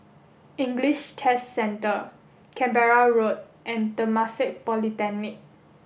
English Test Centre Canberra Road and Temasek Polytechnic